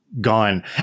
Gone